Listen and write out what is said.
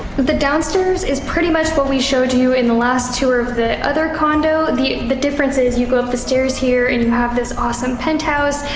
but the downstairs is pretty much what we showed you in the last tour of the other condo. the the difference is you go up the stairs here and you have this awesome penthouse!